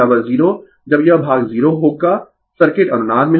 जब यह भाग 0 होगा सर्किट अनुनाद में होगा